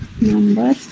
Number